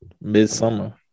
Midsummer